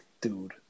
dude